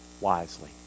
wisely